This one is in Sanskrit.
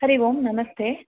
हरिः ओं नमस्ते